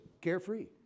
carefree